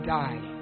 die